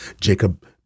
Jacob